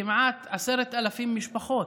כמעט 10,000 משפחות,